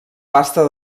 pasta